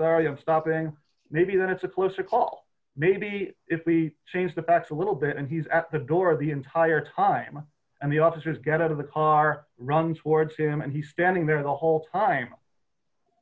sorry i'm stopping maybe that it's a closer call maybe if we change the facts a little bit and he's at the door of the entire time and the officers get out of the car runs towards him and he's standing there the whole time